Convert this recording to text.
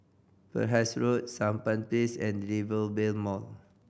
Penhas Road Sampan Place and Rivervale Mall